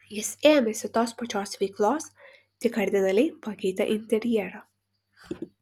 jis ėmėsi tos pačios veiklos tik kardinaliai pakeitė interjerą